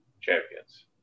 champions